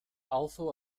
also